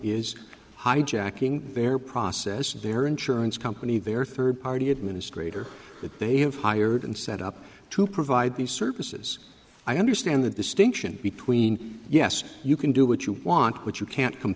is hijacking their process and their insurance company their third party administrator that they have hired and set up to provide these services i understand the distinction between yes you can do what you want but you can't